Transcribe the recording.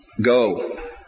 go